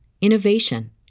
innovation